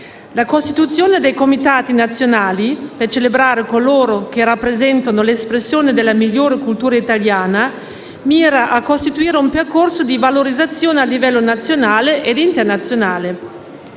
La costituzione dei comitati nazionali per celebrare coloro che rappresentano l'espressione della migliore cultura italiana, mira a costituire un percorso di valorizzazione a livello nazionale ed internazionale.